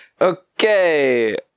Okay